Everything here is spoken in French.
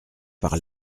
par